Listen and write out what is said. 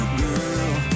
girl